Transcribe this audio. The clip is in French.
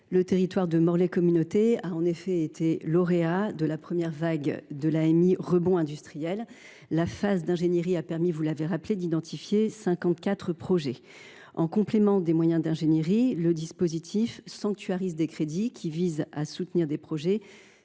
le territoire de Morlaix Communauté a en effet été lauréat de la première vague de l’AMI « Rebond industriel ». La phase d’ingénierie a permis, vous l’avez rappelé, d’identifier 54 projets. En complément des moyens d’ingénierie, le dispositif sanctuarise des crédits qui visent à soutenir des projets